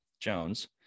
Jones